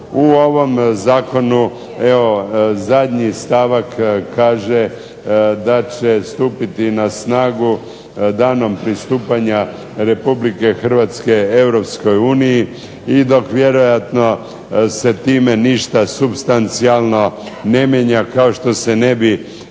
U ovom zakonu evo zadnji stavak kaže da će stupiti na snagu danom pristupanja Republike Hrvatske Europskoj uniji i dok vjerojatno se time ništa supstancijalno ne mijenja kao što se ne bi